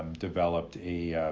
developed a